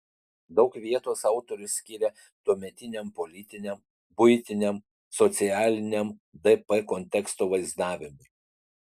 daug vietos autorius skiria tuometiniam politiniam buitiniam socialiniam dp konteksto vaizdavimui